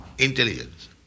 intelligence